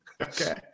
Okay